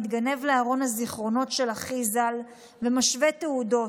מתגנב לארון הזיכרונות של אחי ז"ל ומשווה תעודות,